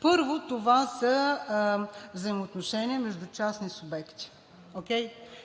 Първо, това са взаимоотношения между частни субекти